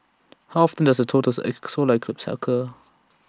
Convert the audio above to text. how often does A totals X solar eclipse occur